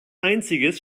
einziges